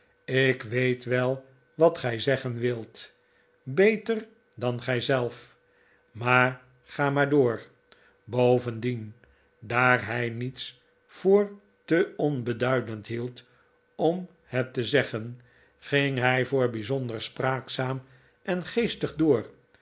ik weet wel wat gij zeggen wilt beter dan gij zelf maar ga maar door bovendien daar hij niets voor te onbeduidend hield om het te zeggen ging hij voor bijzonder spraakzaam en geestig door